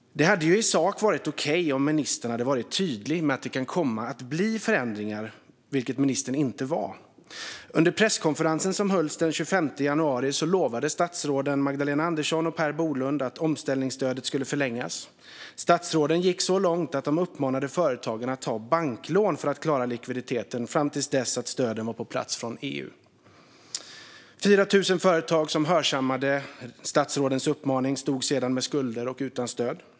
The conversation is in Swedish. Det hade i sak varit okej om ministern hade varit tydlig med att det kan komma att bli förändringar, vilket ministern inte var. Under presskonferensen som hölls den 25 januari lovade statsråden Magdalena Andersson och Per Bolund att omställningsstödet skulle förlängas. Statsråden gick så långt att de uppmanade företagen att ta banklån för att klara likviditeten till dess att stöden från EU var på plats. 4 000 företag som hörsammade statsrådens uppmaning stod sedan med skulder och utan stöd.